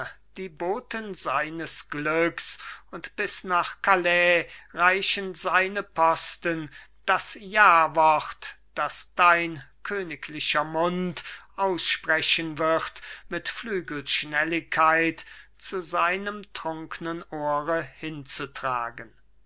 die boten seines glücks und bis nach calais reichen seine posten das jawort das dein königlicher mund aussprechen wird mit flügelschnelligkeit zu seinem trunknen ohre hinzutragen